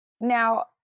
Now